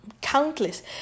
countless